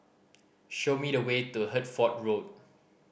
show me the way to Hertford Road